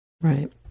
right